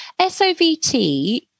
SOVT